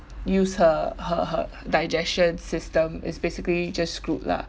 use her her her her digestion system is basically just screwed lah